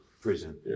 prison